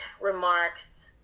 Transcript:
remarks